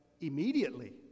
immediately